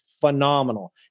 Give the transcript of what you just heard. phenomenal